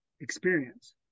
experience